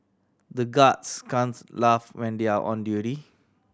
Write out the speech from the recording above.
the guards can't laugh when they are on duty